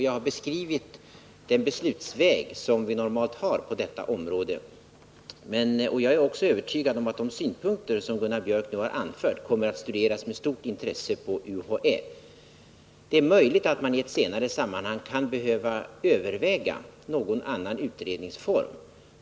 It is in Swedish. Jag har beskrivit den beslutsväg som vi normalt har på detta område, och jag är också övertygad om att de synpunkter som Gunnar Biörck har anfört kommer att studeras med stort intresse på UHÄ. Det är möjligt att man i ett senare sammanhang kan behöva överväga någon annan utredningsform.